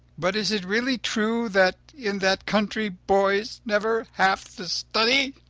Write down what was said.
but is it really true that in that country boys never have to study?